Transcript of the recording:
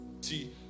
see